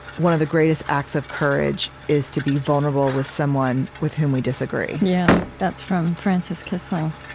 one of the greatest acts of courage is to be vulnerable with someone with whom we disagree? yeah, that's from frances kissling